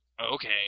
Okay